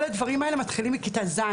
כל הדברים האלה מתחילים מכיתה ז',